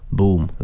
boom